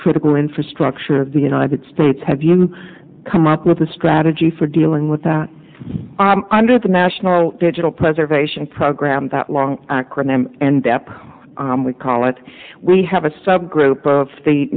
critical infrastructure of the united states have you come up with a strategy for dealing with that under the national digital preservation program that long acronym and we call it we have a subgroup of